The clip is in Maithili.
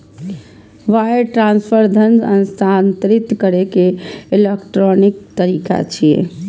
वायर ट्रांसफर धन हस्तांतरित करै के इलेक्ट्रॉनिक तरीका छियै